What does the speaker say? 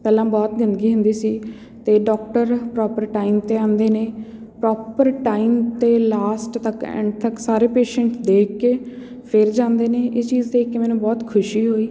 ਪਹਿਲਾਂ ਬਹੁਤ ਗੰਦਗੀ ਹੁੰਦੀ ਸੀ ਅਤੇ ਡਾਕਟਰ ਪਰੋਪਰ ਟਾਈਮ 'ਤੇ ਆਉਂਦੇ ਨੇ ਪਰੋਪਰ ਟਾਈਮ 'ਤੇ ਲਾਸਟ ਤੱਕ ਐਂਡ ਤੱਕ ਸਾਰੇ ਪੇਸ਼ੈਂਟ ਦੇਖ ਕੇ ਫਿਰ ਜਾਂਦੇ ਨੇ ਇਹ ਚੀਜ਼ ਦੇਖ ਕੇ ਮੈਨੂੰ ਬਹੁਤ ਖੁਸ਼ੀ ਹੋਈ